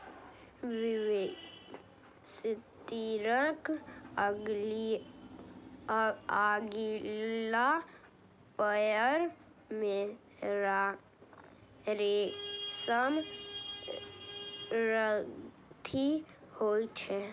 वेबस्पिनरक अगिला पयर मे रेशम ग्रंथि होइ छै